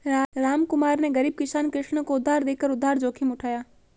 रामकुमार ने गरीब किसान कृष्ण को उधार देकर उधार जोखिम उठाया